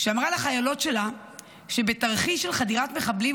אמרה לחיילות שלה שבתרחיש של חדירת מחבלים,